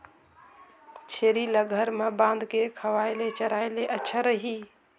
छेरी ल घर म बांध के खवाय ले चराय ले अच्छा रही?